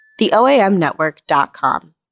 TheOAMNetwork.com